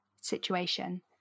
situation